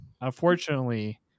Unfortunately